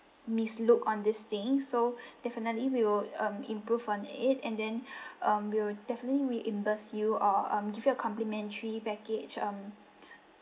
mislook on this thing so definitely we will um improve on it and then um we'll definitely reimburse you or um give you a complimentary package um